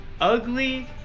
ugly